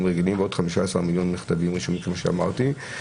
רגילים ועוד 15 מיליון מכתבים כפי שאמרתי.